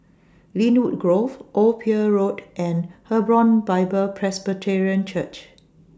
Lynwood Grove Old Pier Road and Hebron Bible Presbyterian Church